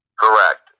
Correct